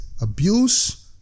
abuse